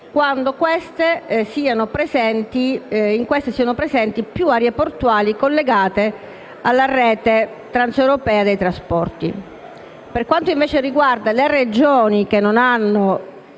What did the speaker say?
quando siano presenti più aree portuali collegate alla rete transeuropea dei trasporti. Per quanto riguarda invece le Regioni che non hanno